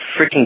freaking